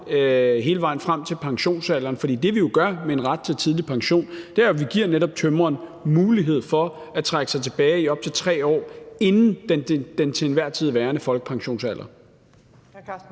hele vejen frem til pensionsalderen, for det, vi jo gør med en ret til tidlig pension, er, at vi netop giver tømreren mulighed for at trække sig tilbage op til 3 år inden den til enhver tid værende folkepensionsalder.